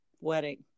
wedding